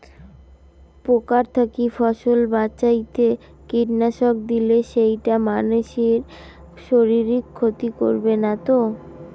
পোকার থাকি ফসল বাঁচাইতে কীটনাশক দিলে সেইটা মানসির শারীরিক ক্ষতি করিবে না তো?